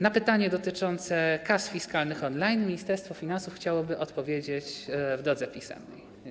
Na pytanie dotyczące kas fiskalnych on-line Ministerstwo Finansów chciałoby odpowiedzieć w drodze pisemnej.